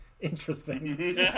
Interesting